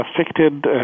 affected